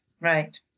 Right